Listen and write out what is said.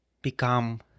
become